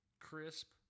Crisp